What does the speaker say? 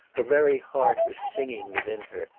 her very heart was singing within her.